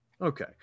Okay